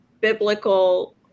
biblical